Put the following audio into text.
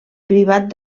privat